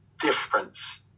difference